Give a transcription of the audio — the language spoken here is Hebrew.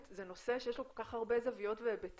זה נושא שיש לו כל כך הרבה זוויות והיבטים,